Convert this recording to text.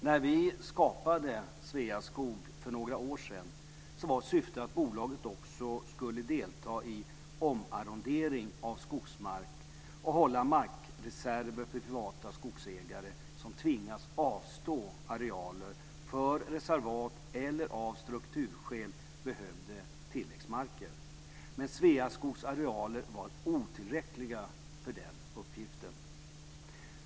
När vi skapade Sveaskog för några år sedan var syftet att bolaget också skulle delta i omarrondering av skogsmark och hålla markreserver för privata skogsägare som tvingades avstå arealer för reservat eller som av strukturskäl behövde tilläggsmarker. Men Sveaskogs arealer var otillräckliga för den uppgiften.